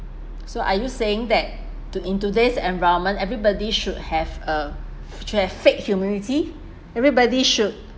so are you saying that to~ in today's environment everybody should have a should have fake humility everybody should